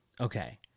Okay